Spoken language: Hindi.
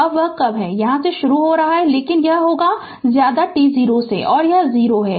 और वह कब है या यहाँ से शुरू हो रहा है लेकिन यह होगा t0 यह 0 है